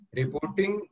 reporting